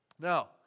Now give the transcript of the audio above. Now